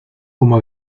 como